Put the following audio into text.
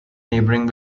neighbouring